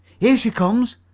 here she comes!